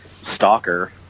stalker